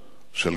של גנדי,